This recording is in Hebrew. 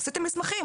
עשיתם מסמכים,